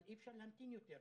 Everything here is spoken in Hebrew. אבל אי-אפשר להמתין יותר.